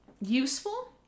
useful